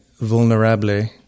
vulnerable